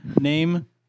name